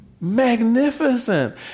Magnificent